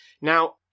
Now